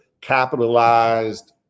capitalized